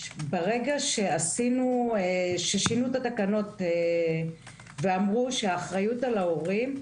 ברגע ששינו את התקנות ואמרו שהאחריות על ההורים,